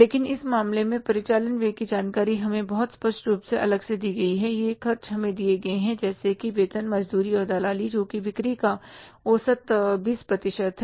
लेकिन इस मामले में परिचालन व्यय की जानकारी हमें बहुत स्पष्ट रूप से अलग से दी गई है ये खर्चे हमें दिए जाते हैं जैसे कि वेतन मजदूरी और दलाली जोकि बिक्री का औसत 20 प्रतिशत है